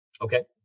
Okay